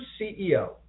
CEO